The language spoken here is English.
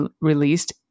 released